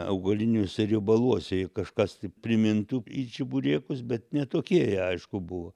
augaliniuose riebaluose jei kažkas tai primintų į čeburekus bet ne tokie jie aišku buvo